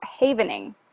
Havening